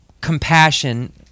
compassion